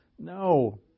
No